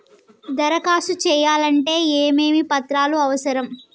దరఖాస్తు చేయాలంటే ఏమేమి పత్రాలు అవసరం?